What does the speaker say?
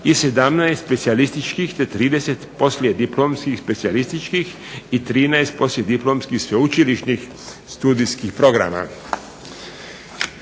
i 17 specijalističkih te 30 poslijediplomskih specijalističkih i 13 poslijediplomskih sveučilišnih studijskih programa.